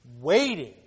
waiting